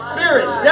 Spirit